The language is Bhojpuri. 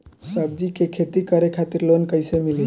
सब्जी के खेती करे खातिर लोन कइसे मिली?